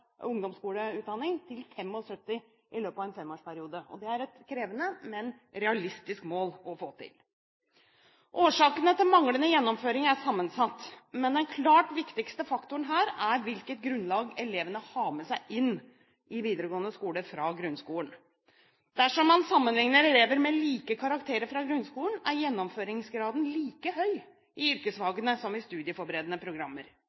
til 75 pst. i løpet av en femårsperiode. Det er et krevende, men realistisk mål. Årsakene til manglende gjennomføring er sammensatt, men den klart viktigste faktoren her er hvilket grunnlag elevene har med seg inn i videregående skole fra grunnskolen. Dersom man sammenlikner elever med like karakterer fra grunnskolen, er gjennomføringsgraden like høy i yrkesfagene som i studieforberedende programmer.